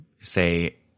say